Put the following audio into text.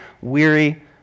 weary